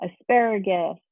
asparagus